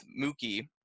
Mookie